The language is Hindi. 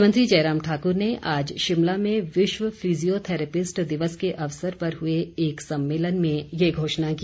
मुख्यमंत्री जयराम ठाक्र ने आज शिमला में विश्व फिजियोथैरेपिस्ट दिवस के अवसर पर हुए एक सम्मेलन में ये घोषणा की